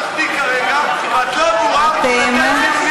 פטור ממס על מתן שירותי בנייה לצורך הוספת מרחב